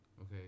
Okay